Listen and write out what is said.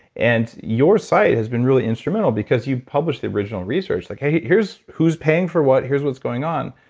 and your site has been really instrumental because you've published the original research, like, hey, here's who's paying for what, here's what's going on,